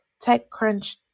TechCrunch